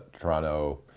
Toronto